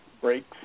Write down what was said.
breaks